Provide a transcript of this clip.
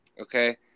okay